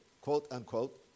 quote-unquote